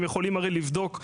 הם יכולים הרי לבדוק,